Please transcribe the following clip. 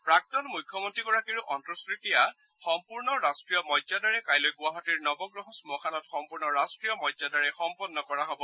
প্ৰাক্তন মুখ্যমন্ত্ৰীগৰাকীৰ অন্ত্যেট্টিক্ৰিয়া সম্পূৰ্ণ ৰাষ্টীয় মৰ্যাদাৰে কাইলৈ গুৱাহাটীৰ নৱগ্ৰহ শ্মশানত সম্পূৰ্ণ ৰাষ্টীয় মৰ্যাদাৰে সম্পন্ন কৰা হব